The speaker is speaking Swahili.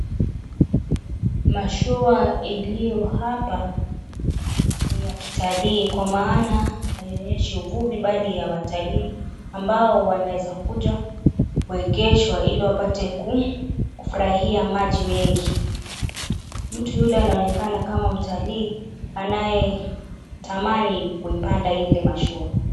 Mashua iliyo hapa ni ya kitalii kwa maana haionyeshi uvuvi mbali ya watalii ambao wanaezakuja kuegeshwa ili wapate kufurahia maji mengi. Mtu yule anayeonekana kama mtalii anayetamani kuipanda ile mashua.